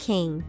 King